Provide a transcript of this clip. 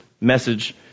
message